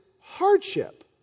hardship